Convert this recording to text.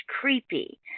creepy